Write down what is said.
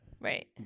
Right